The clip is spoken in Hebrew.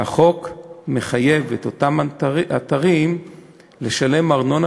שהחוק מחייב את אותם אתרים לשלם ארנונה